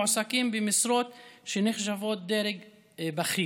מועסקים במשרות שנחשבות דרג בכיר.